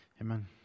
amen